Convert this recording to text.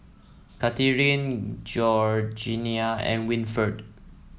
Kathaleen Georgeanna and Winford